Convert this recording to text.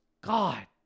god